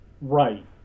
Right